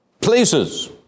Places